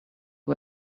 who